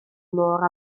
môr